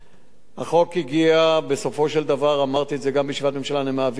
נעביר את זה לוועדת הפנים והגנת הסביבה,